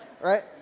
Right